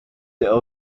der